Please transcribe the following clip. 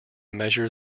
measure